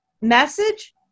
message